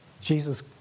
Jesus